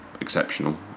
exceptional